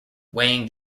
weighing